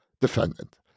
defendant